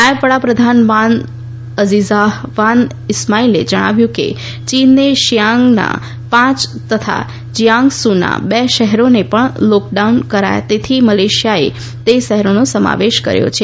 નાયબ વડાપ્રધાન Wan Azizah Wan ઇસ્માઇલે જણાવ્યું કે ચીને શીજિયાંગનાં પાંચ તથા જિયાંગસુનાં બે શહેરોને પણ લોક ડાઉન કર્યા તેથી મલેશિયાએ તે શહેરોનો સમાવેશ કર્યો છે